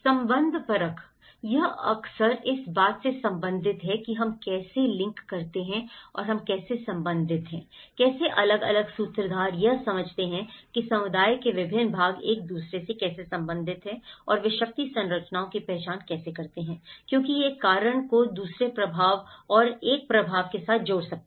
संबंधपरक यह अक्सर इस बात से संबंधित है कि हम कैसे लिंक करते हैं और हम कैसे संबंधित हैं कैसे अलग अलग सूत्रधार यह समझते हैं कि समुदाय के विभिन्न भाग एक दूसरे से कैसे संबंधित हैं और वे शक्ति संरचनाओं की पहचान कैसे करते हैं और क्योंकि यह एक कारण को दूसरे प्रभाव और एक प्रभाव के साथ जोड़ सकता है